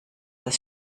das